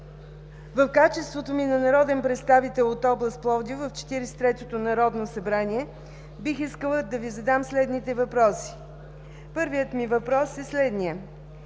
в качеството ми на народен представител от област Пловдив в Четиридесет и третото народно събрание бих искала да Ви задам следните въпроси. Първият ми въпрос е следният: